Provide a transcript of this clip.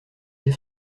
ces